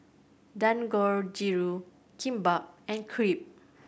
Dangojiru Kimbap and Crepe